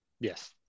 Yes